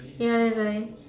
ya that's why